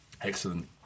Excellent